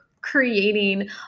creating